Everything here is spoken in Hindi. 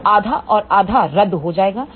तो आधा और आधा रद्द हो जाएगा